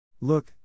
Look